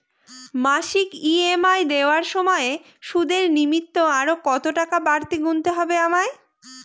মাসিক ই.এম.আই দেওয়ার সময়ে সুদের নিমিত্ত আরো কতটাকা বাড়তি গুণতে হবে আমায়?